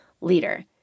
leader